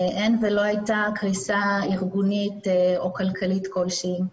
אין ולא הייתה קריסה ארגונית או כלכלית כלשהי.